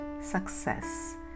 success